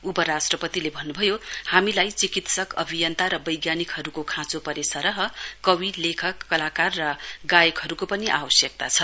उपराष्ट्रपतिले भन्नुभयो हामीलाई चिकित्सक अभियन्ता र वैज्ञानिकहरुको खाँचो परे सरह कवि लेखक कलाकार र गायकहरुको पनि आवश्यकता छ